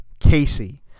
Casey